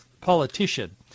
politician